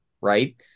Right